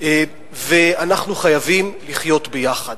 ואנחנו חייבים לחיות ביחד.